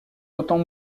autant